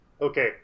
Okay